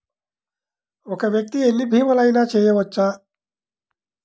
ఒక్క వ్యక్తి ఎన్ని భీమలయినా చేయవచ్చా?